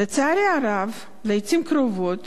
לצערי הרב, לעתים קרובות